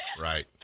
right